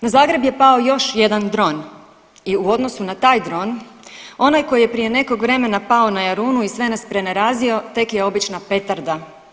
Na Zagreb je pao još jedan dron i u odnosu na taj dron, onaj koji je prije nekog vremena pao na Jarunu i sve nas prenerazio tek je obična petarda.